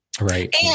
Right